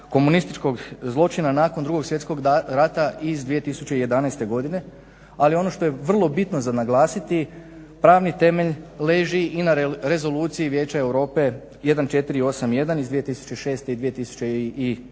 komunističkog zločina nakon Drugog svjetskog rata iz 2011. godine, ali ono što je vrlo bitno za naglasiti pravni temelj leži i na Rezoluciji Vijeća Europe 1481 iz 2006. i